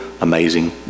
amazing